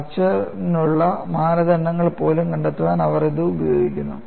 ഫ്രാക്ചർനുള്ള മാനദണ്ഡങ്ങൾ പോലും കണ്ടെത്താൻ അവർ ഇത് ഉപയോഗിക്കുന്നു